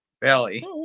Belly